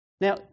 Now